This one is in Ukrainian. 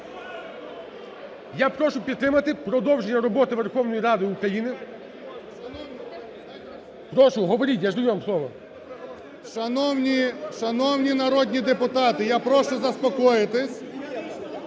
Я прошу підтримати продовження роботи Верховної Ради України… Прошу, говоріть, я ж даю вам слово. 17:22:27 ГРОЙСМАН В.Б. Шановні народні депутати, я прошу заспокоїтись.